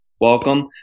Welcome